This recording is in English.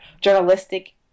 journalistic